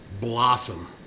Blossom